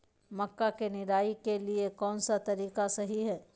मक्का के निराई के लिए कौन सा तरीका सही है?